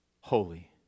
holy